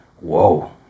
whoa